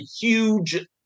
huge